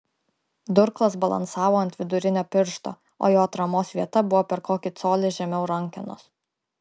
durklas balansavo ant vidurinio piršto o jo atramos vieta buvo per kokį colį žemiau rankenos